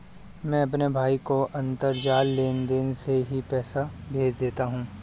मैं अपने भाई को अंतरजाल लेनदेन से ही पैसे भेज देता हूं